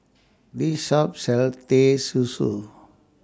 This Shop sells Teh Susu